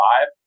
five